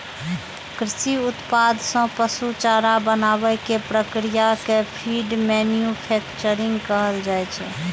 कृषि उत्पाद सं पशु चारा बनाबै के प्रक्रिया कें फीड मैन्यूफैक्चरिंग कहल जाइ छै